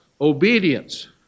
obedience